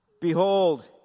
Behold